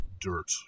dirt